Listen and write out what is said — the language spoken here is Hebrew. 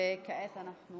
וכעת אנחנו